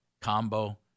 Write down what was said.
combo